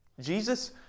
Jesus